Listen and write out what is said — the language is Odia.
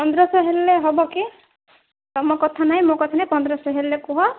ପନ୍ଦରଶହ ହେଲେ ହବ କି ତମ କଥା ନାହିଁ ମୋ କଥା ନାହିଁ ପନ୍ଦରଶହ ହେଲେ କୁହ